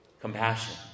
compassion